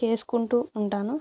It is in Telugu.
చేసుకుంటు ఉంటాను